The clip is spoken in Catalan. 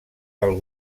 del